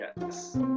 yes